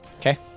Okay